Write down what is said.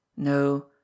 No